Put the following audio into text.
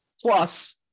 Plus